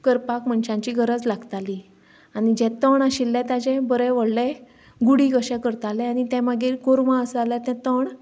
करपाक मनशांची गरज लागताली आनी जें तण आशिल्लें तेजे बरे व्हडले गुडी कशे करताले आनी ते मागीर गोरवां आसा जाल्यार तें तण